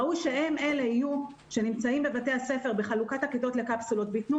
ראוי שהם יהיו בבתי הספר בחלוקת הכיתות לקפסולות וייתנו